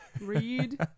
read